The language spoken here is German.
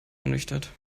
ernüchtert